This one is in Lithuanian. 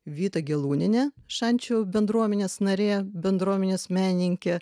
vita gelūniene šančių bendruomenės narė bendruomenės menininkė